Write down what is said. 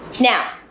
Now